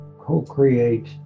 co-create